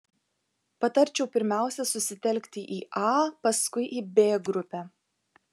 patarčiau pirmiausia susitelkti į a paskui į b grupę